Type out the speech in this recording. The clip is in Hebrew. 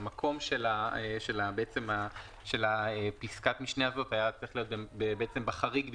המקום של פסקת המשנה הזאת היה צריך להיות בחריג בכלל,